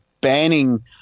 banning